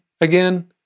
again